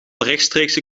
rechtstreekse